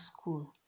school